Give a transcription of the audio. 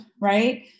right